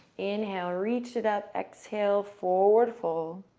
inhale. reach it up. exhale, forward fold.